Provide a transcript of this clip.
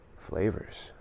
flavors